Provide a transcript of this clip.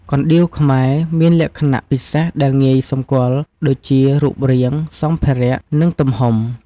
កណ្ដៀវខ្មែរមានលក្ខណៈពិសេសដែលងាយសម្គាល់ដូចជា រូបរាង សម្ភារ និងទំហំ។